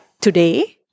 today